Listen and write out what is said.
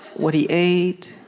what he ate,